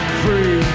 free